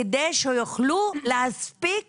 כדי שיוכלו להספיק